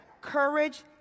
courage